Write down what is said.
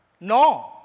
no